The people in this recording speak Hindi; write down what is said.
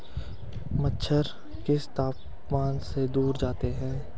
मच्छर किस तापमान से दूर जाते हैं?